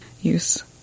use